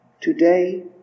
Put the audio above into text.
Today